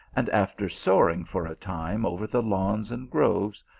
and, after soaring for a time over the lawns and groves,